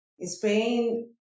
Spain